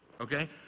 okay